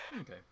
Okay